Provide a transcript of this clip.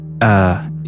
Uh